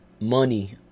money